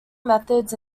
methods